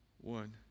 One